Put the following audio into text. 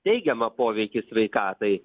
teigiamą poveikį sveikatai